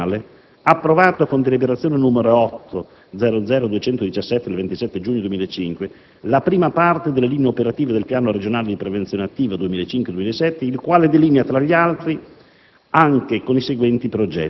si precisa che la Giunta regionale ha approvato, con deliberazione n. VIII/00217 del 27 giugno 2005, la prima parte delle linee operative del Piano regionale di prevenzione attiva 2005-2007, il quale delinea, tra gli altri,